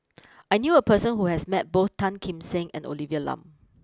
I knew a person who has met both Tan Kim Seng and Olivia Lum